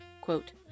quote